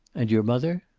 and your mother?